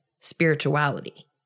spirituality